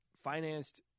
financed